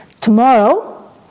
tomorrow